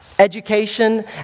Education